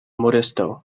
modesto